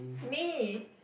me